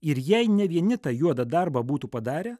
ir jei ne vieni tą juodą darbą būtų padarę